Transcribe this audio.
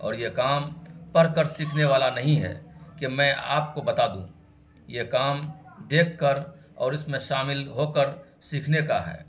اور یہ کام پڑھ کر سیکھنے والا نہیں ہے کہ میں آپ کو بتا دوں یہ کام دیکھ کر اور اس میں شامل ہو کر سیکھنے کا ہے